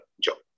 job